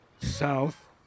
south